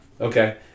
Okay